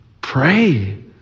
pray